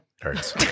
Hurts